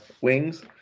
wings